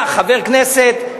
חברי הכנסת,